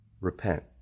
Repent